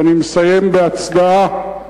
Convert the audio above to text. ואני מסיים בהצדעה